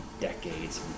decades